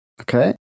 Okay